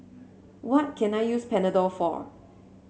what can I use Panadol for